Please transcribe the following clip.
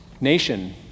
nation